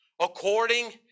according